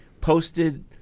posted